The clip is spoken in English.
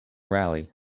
rally